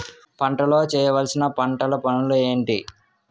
పంటలో చేయవలసిన పంటలు పనులు ఏంటి?